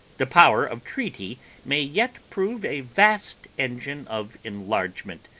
the power of treaty may yet prove a vast engine of enlargement,